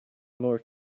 more